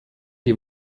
die